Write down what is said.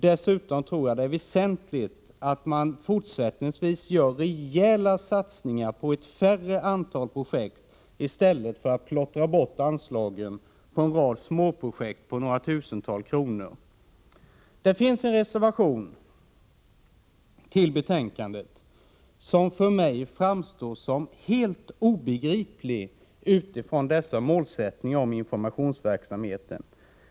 Dessutom tror jag att det är väsentligt att man fortsättningsvis gör rejäla satsningar på ett färre antal projekt i stället för att plottra bort anslagen på en rad småprojekt på några tusental kronor. Det finns en reservation till betänkandet som för mig framstår som helt obegriplig utifrån målen för informationsverksamheten.